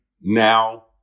now